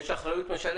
יש אחריות משלח?